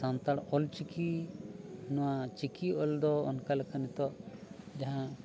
ᱥᱟᱱᱛᱟᱲ ᱚᱞᱪᱤᱠᱤ ᱱᱚᱣᱟ ᱪᱤᱠᱤ ᱚᱞ ᱫᱚ ᱚᱱᱠᱟ ᱞᱮᱠᱟ ᱱᱤᱛᱚᱜ ᱡᱟᱦᱟᱸ